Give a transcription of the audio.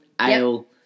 Ale